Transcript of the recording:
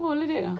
oh like that ah